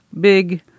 big